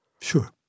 Sure